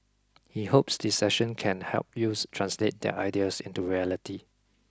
he hopes the session can help youths translate their ideas into reality